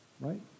right